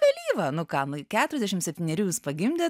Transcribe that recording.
vėlyvo nu ką keturiasdešim septynerių jūs pagimdėt